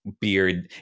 beard